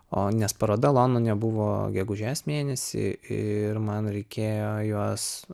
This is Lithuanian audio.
o nes paroda londone buvo gegužės mėnesį ir man reikėjo juos